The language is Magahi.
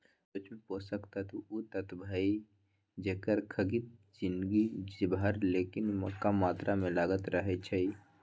सूक्ष्म पोषक तत्व उ तत्व हइ जेकर खग्गित जिनगी भर लेकिन कम मात्र में लगइत रहै छइ